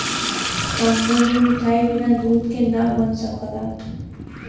कवनो भी मिठाई बिना दूध के ना बन सकला